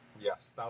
Yes